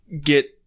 get